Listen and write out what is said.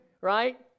right